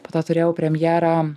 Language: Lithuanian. po to turėjau premjerą